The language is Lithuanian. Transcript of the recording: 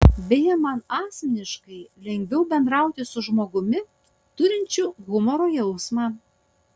beje man asmeniškai lengviau bendrauti su žmogumi turinčiu humoro jausmą